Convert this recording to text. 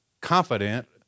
confident